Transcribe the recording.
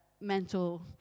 mental